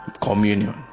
communion